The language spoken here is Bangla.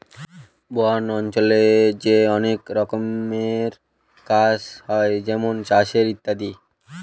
বন অঞ্চলে যে অনেক রকমের কাজ হয় যেমন চাষের ইত্যাদি